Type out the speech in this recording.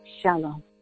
Shalom